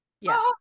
Yes